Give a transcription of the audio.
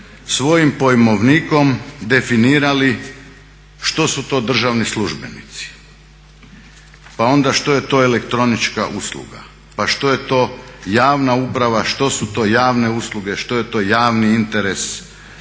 svojim pojmovnikom definirali što su to državni službenici, pa onda što je to elektronička usluga, pa što je to javna uprava, što su to javne usluge, što je to javni interes, tko je